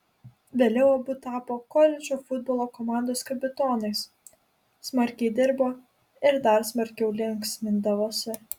vėliau abu tapo koledžo futbolo komandos kapitonais smarkiai dirbo ir dar smarkiau linksmindavosi